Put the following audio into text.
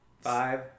Five